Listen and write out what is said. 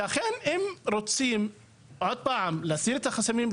לכן אם רוצים להסיר את החסמים,